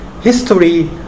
history